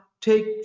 take